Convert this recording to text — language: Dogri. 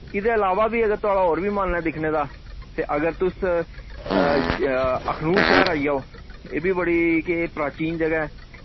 इदे अलावा वी अगर थोआड़ा और वी मन ऐ दिक्खने दा ते अगर तुस अखनूर शैह्र आई जाओ एह् बी बड़ी के प्राचीन जगह ऐ